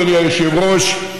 אדוני היושב-ראש,